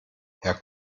herr